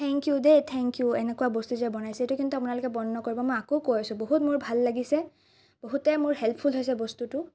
thank you দেই thank you এনেকুৱা বস্তু যে বনাইছে এইটো কিন্তু আপোনালোকে বন্ধ নকৰিব মই আকৌ কৈছোঁ মোৰ বহুত ভাল লাগিছে বহুতেই মোৰ হেল্পফুল হৈছে বস্তুটো